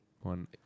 one